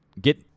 get